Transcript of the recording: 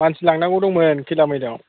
मानसि लांनांगौ दंमोन खैला मैलायाव